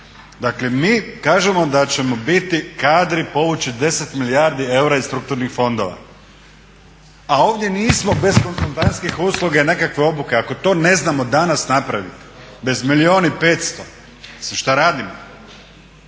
Dakle, mi kažemo da ćemo biti kadri povući 10 milijardi eura iz strukturnih fondova. A ovdje nismo bez konzultantskih usluga i nekakve obuke ako to ne znamo danas napraviti bez milijun i 500 mislim što radimo?